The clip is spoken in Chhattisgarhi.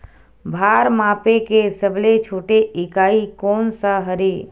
भार मापे के सबले छोटे इकाई कोन सा हरे?